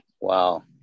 Wow